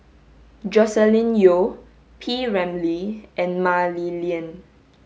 Joscelin Yeo P Ramlee and Mah Li Lian